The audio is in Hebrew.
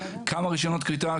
כמה רישיונות כריתה,